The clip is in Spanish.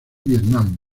vietnam